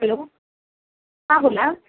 hello हां बोला